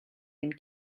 ein